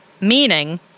Meaning